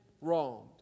wronged